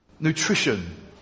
Nutrition